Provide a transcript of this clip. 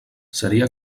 seria